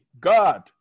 God